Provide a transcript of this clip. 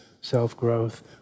self-growth